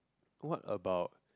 what about